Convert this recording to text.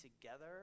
together